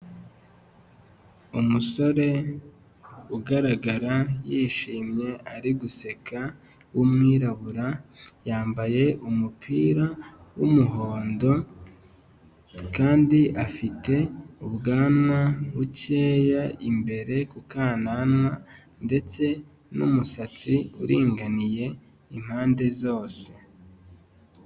Umusore ugaragara yishimye ari guseka w'umwirabura, yambaye umupira w'umuhondo, kandi afite ubwanwa bukeya imbere ku kananwa ndetse n'umusatsi uringaniye impande zose.